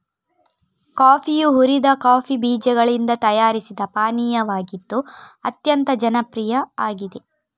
ಕಾಫಿಯು ಹುರಿದ ಕಾಫಿ ಬೀಜಗಳಿಂದ ತಯಾರಿಸಿದ ಪಾನೀಯವಾಗಿದ್ದು ಅತ್ಯಂತ ಜನಪ್ರಿಯ ಆಗಿದೆ